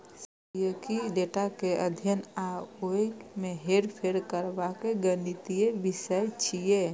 सांख्यिकी डेटा के अध्ययन आ ओय मे हेरफेर करबाक गणितीय विषय छियै